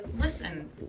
listen